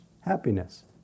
Happiness